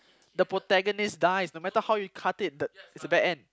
the protagonist dies no matter how you cut it the it's a bad end